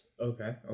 okay